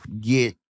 Get